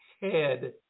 head